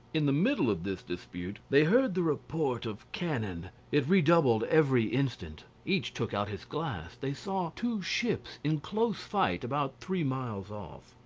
in the middle of this dispute they heard the report of cannon it redoubled every instant. each took out his glass. they saw two ships in close fight about three miles off.